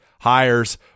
hires